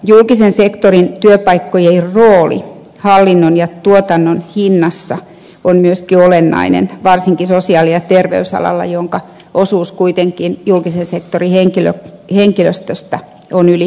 julkisen sektorin työpaikkojen rooli hallinnon ja tuotannon hinnassa on myöskin olennainen varsinkin sosiaali ja terveysalalla jonka osuus julkisen sektorin henkilöstöstä kuitenkin on yli puolet